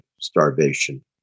starvation